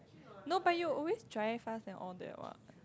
no but you always drive fast and all that what